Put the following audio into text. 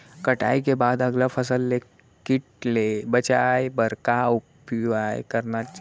कटाई के बाद अगला फसल ले किट ले बचाए बर का उपाय करना हे?